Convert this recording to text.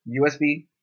USB